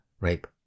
rape